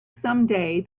someday